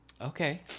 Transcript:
Okay